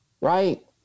right